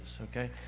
okay